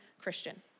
Christian